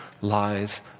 lies